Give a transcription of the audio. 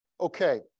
okay